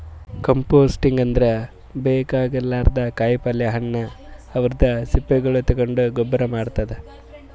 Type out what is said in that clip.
composting ಅಂದ್ರ ಬೇಕಾಗಲಾರ್ದ್ ಕಾಯಿಪಲ್ಯ ಹಣ್ಣ್ ಅವದ್ರ್ ಸಿಪ್ಪಿಗೊಳ್ ತಗೊಂಡ್ ಗೊಬ್ಬರ್ ಮಾಡದ್